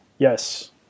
Yes